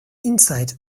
inside